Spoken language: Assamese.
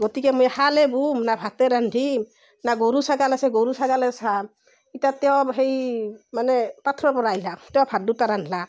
গতিকে মই শালেই ব'ম না ভাতেই ৰান্ধিম না গৰু ছাগাল আছে গৰু ছাগালেই চাম ইতা তেওঁ সেই মানে পাথৰৰ পৰা আহিলাক তেওঁ ভাত দুটা ৰান্ধলাক